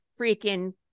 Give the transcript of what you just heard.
freaking